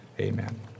amen